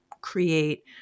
create